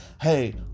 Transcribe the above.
hey